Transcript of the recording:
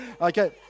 Okay